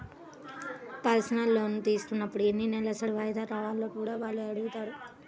personal loan తీసుకున్నప్పుడు ఎన్ని నెలసరి వాయిదాలు కావాలో కూడా వాళ్ళు అడుగుతారు